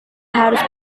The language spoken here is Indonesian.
harus